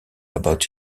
about